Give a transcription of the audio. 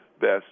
best